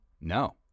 no